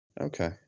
okay